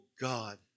God